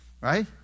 Right